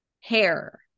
hair